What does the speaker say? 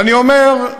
ואני אומר,